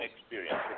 experience